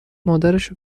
مادرشو